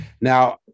Now